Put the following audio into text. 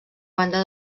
banda